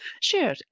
Sure